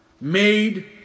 made